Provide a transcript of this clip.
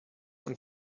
und